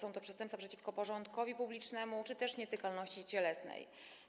Są to też przestępstwa przeciwko porządkowi publicznemu czy też nietykalności cielesnej.